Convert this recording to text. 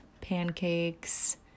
pancakes